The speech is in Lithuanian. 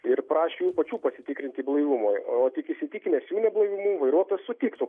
ir prašė jų pačių pasitikrinti blaivumą o tik įsitikinęs jų neblaivumu vairuotojas sutiktų